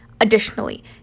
Additionally